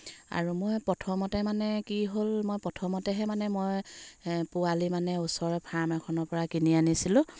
আৰু মই প্ৰথমতে মানে কি হ'ল মই প্ৰথমতেহে মানে মই পোৱালি মানে ওচৰৰে ফাৰ্ম এখনৰপৰা কিনি আনিছিলোঁ